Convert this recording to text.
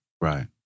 Right